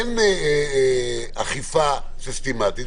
אין אכיפה סיסטמתית.